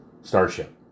starship